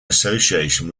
association